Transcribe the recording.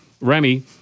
Remy